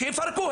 שיפרקו,